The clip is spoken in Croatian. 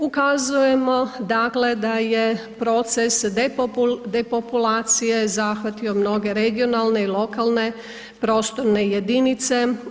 Ukazujemo dakle da je proces depopulacije zahvatio mnoge regionalne i lokalne prostorne jedinice.